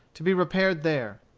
to be repaired there.